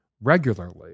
regularly